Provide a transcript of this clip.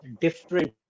different